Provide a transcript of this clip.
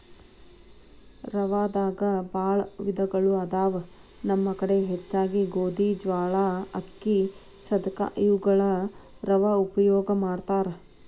ರವಾದಾಗ ಬಾಳ ವಿಧಗಳು ಅದಾವ ನಮ್ಮ ಕಡೆ ಹೆಚ್ಚಾಗಿ ಗೋಧಿ, ಜ್ವಾಳಾ, ಅಕ್ಕಿ, ಸದಕಾ ಇವುಗಳ ರವಾ ಉಪಯೋಗ ಮಾಡತಾರ